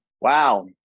Wow